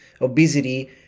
obesity